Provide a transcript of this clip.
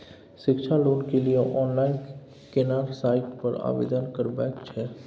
शिक्षा लोन के लिए ऑनलाइन केना साइट पर आवेदन करबैक छै?